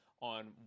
on